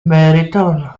meriton